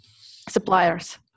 suppliers